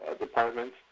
departments